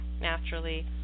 naturally